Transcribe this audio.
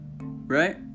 right